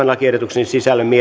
lakiehdotuksen sisällöstä